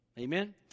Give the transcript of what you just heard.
Amen